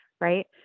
right